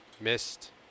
Missed